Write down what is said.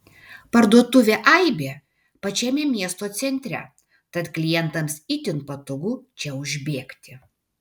parduotuvė aibė pačiame miesto centre tad klientams itin patogu čia užbėgti